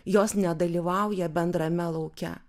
jos nedalyvauja bendrame lauke